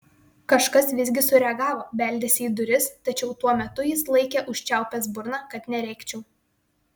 kažkas visgi sureagavo beldėsi į duris tačiau tuo metu jis laikė užčiaupęs burną kad nerėkčiau